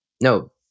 no